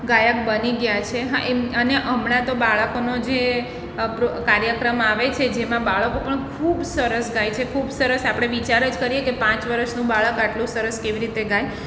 ગાયક બની ગયાં છે અને હમણાં તો બાળકોનો જે કાર્યક્રમ આવે છે જેમાં બાળકો પણ ખૂબ સરસ ગાય છે ખૂબ સરસ આપણે વિચાર જ કરીએ કે પાંચ વરસનું બાળક આટલું સરસ કેવી રીતે ગાય